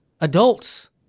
adults